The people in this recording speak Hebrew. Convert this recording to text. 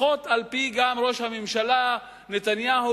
לפחות גם על-פי ראש הממשלה נתניהו,